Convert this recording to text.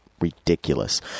ridiculous